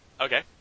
Okay